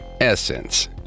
essence